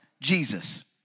Jesus